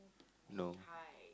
no